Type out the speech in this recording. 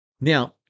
Now